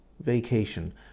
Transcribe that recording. vacation